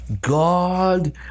God